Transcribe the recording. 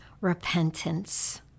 repentance